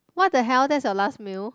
what the hell that's your last meal